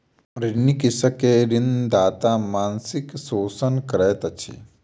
ऋणी कृषक के ऋणदाता मानसिक शोषण करैत अछि